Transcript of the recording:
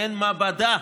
מעין מעבדה,